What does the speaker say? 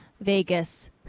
Vegas